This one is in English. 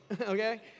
okay